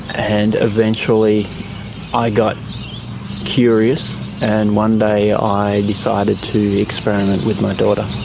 and eventually i got curious and one day i decided to experiment with my daughter.